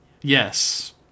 Yes